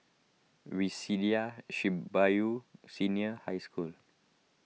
Waseda Shibuya Senior High School